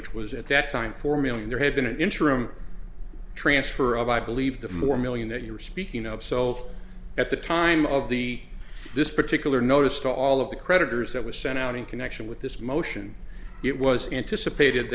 which was at that time four million there had been an interim transfer of i believe the more million that you were speaking of self at the time of the this particular notice to all of the creditors that was sent out in connection with this motion it was anticipated